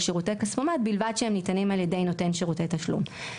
שירותי כספומט בלבד שהם ניתנים על ידי שירותי תשלום.